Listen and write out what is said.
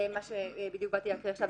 זה מה שבדיוק באתי לקרוא עכשיו.